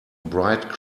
bright